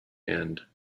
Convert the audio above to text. end